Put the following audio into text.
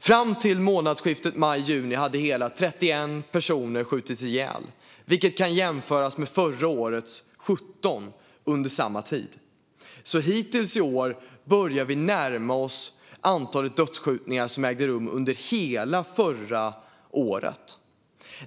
Fram till månadsskiftet maj/juni hade hela 31 personer skjutits ihjäl, vilket kan jämföras med förra årets 17 under samma tid. Hittills i år börjar vi närma oss antalet dödsskjutningar som ägde rum under hela förra året.